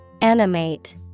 Animate